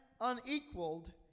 unequaled